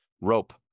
rope